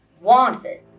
wanted